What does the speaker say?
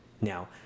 Now